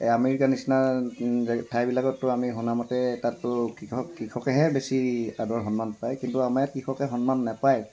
এই আমেৰিকা নিচিনা জে ঠাইবিলাকততো আমি শুনা মতে তাততো কৃষক কৃষকেহে বেছি আদৰ সন্মান পায় কিন্তু আমাৰ ইয়াত কৃষকে সন্মান নাপায়